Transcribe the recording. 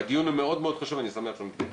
והדיון הוא מאוד מאוד חשוב, אני שמח שהוא מתקיים.